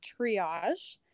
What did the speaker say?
triage